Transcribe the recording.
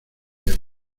años